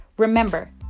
Remember